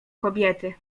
kobiety